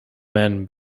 men